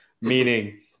meaning